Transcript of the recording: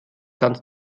ganz